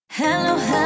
Hello